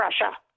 Russia